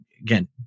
again